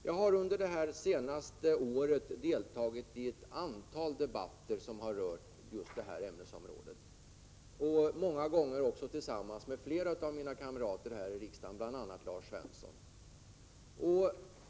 Jag har under det senaste året deltagit i ett antal debatter som har rört just detta ämnesområde, många gånger tillsammans med flera kamrater från riksdagen, bl.a. Lars Svensson.